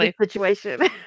situation